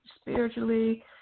spiritually